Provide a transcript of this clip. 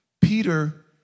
Peter